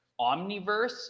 omniverse